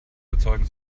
erzeugen